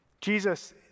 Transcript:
Jesus